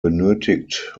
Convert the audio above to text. benötigt